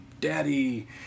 daddy